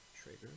trigger